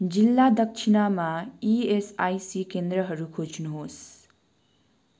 जिल्ला दक्षिणामा इएसआइसी केन्द्रहरू खोज्नुहोस्